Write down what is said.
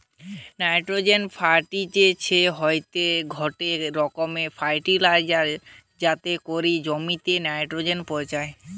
nitrogen ফার্টিলিসের হতিছে গটে রকমের ফার্টিলাইজার যাতে করি জমিতে নাইট্রোজেন পৌঁছায়